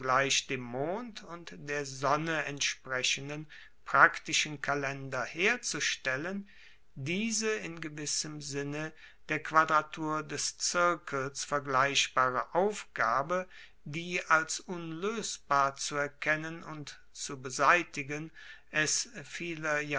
mond und der sonne entsprechenden praktischen kalender herzustellen diese in gewissem sinne der quadratur des zirkels vergleichbare aufgabe die als unloesbar zu erkennen und zu beseitigen es vieler